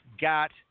got